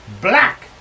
Black